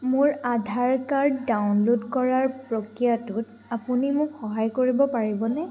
মোৰ Aadhaar card download কৰাৰ প্ৰক্ৰিয়াটোত আপুনি মোক সহায় কৰিব পাৰিবনে